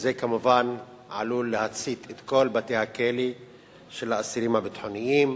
וזה כמובן עלול להצית את כל בתי-הכלא של האסירים הביטחוניים,